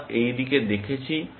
আমরা এই দিকে দেখেছি